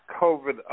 COVID